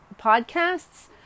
podcasts